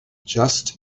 just